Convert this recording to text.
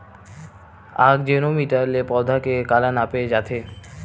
आकजेनो मीटर से पौधा के काला नापे जाथे?